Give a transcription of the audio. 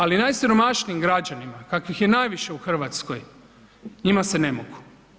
Ali najsiromašnijim građanima kakvih je najviše u Hrvatskoj njima se ne mogu.